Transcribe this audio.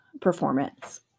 performance